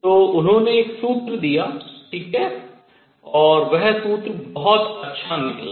तो उन्होंने एक सूत्र दिया ठीक है और वह सूत्र बहुत अच्छा निकला